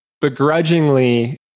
begrudgingly